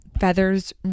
feathers